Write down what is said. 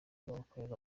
bakorerwa